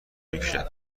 نمیکشند